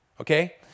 Okay